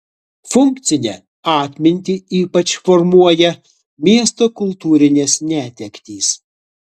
funkcinę atmintį ypač formuoja miesto kultūrinės netektys